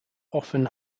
often